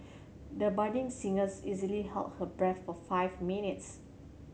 the budding singers easily held her breath for five minutes